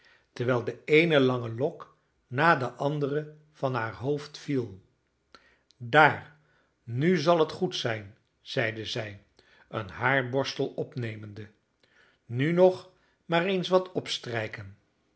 terwijl de eene lange lok na de andere van haar hoofd viel daar nu zal het goed zijn zeide zij een haarborstel opnemende nu nog maar eens wat opstrijken